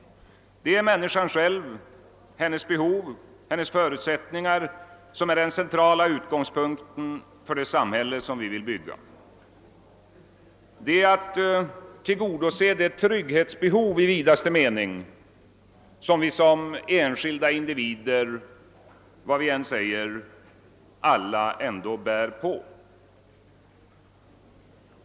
Det är människan själv, hennes behov och förutsättningar, som är den centrala utgångspunkten för det samhälle vi vill bygga. Det gäller att tillgodose det trygghetsbehov i vidaste mening vi alla som enskilda individer, vad vi än säger, ändå bär på.